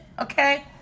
Okay